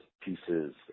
pieces